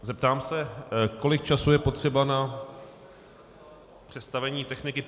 Zeptám se, kolik času je potřeba na přestavení techniky.